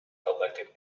elected